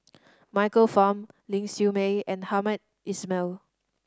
Michael Fam Ling Siew May and Hamed Ismail